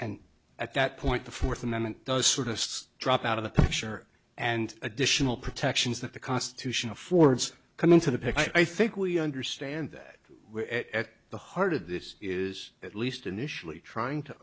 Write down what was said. and at that point the fourth amendment does sort of drop out of the picture and additional protections that the constitution affords come into the picture i think we understand that at the heart of this is at least initially trying to